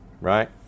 right